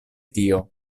tio